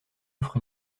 offre